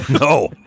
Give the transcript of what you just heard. No